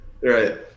Right